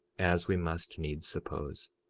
as we must needs suppose.